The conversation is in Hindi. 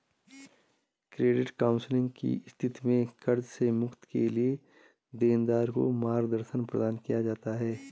क्रेडिट काउंसलिंग की स्थिति में कर्ज से मुक्ति के लिए देनदार को मार्गदर्शन प्रदान किया जाता है